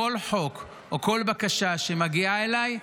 כל חוק או כל בקשה שמגיעים אליי,